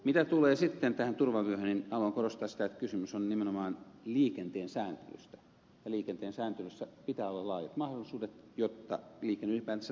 mitä tulee sitten turvavyöhön haluan korostaa sitä että kysymys on nimenomaan liikenteen sääntelystä ja liikenteen sääntelyssä pitää olla laajat mahdollisuudet jotta liikenne ylipäänsä toimii